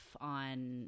on